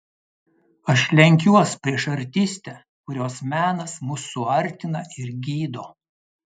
aš lenkiuos prieš artistę kurios menas mus suartina ir gydo